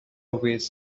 waist